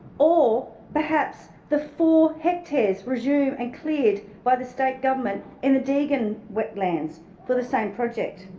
or perhaps the four hectares resumed and cleared by the state government in the deagon wetlands for the same project.